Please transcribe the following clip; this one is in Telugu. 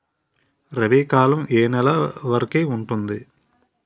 రబీ కాలం ఏ ఏ నెల వరికి ఉంటుంది?